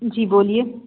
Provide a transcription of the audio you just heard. जी बोलिए